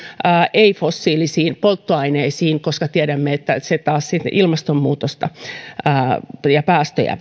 ei fossiilisiin polttoaineisiin koska tiedämme että se taas vähentää ilmastonmuutosta ja päästöjä